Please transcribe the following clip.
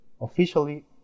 officially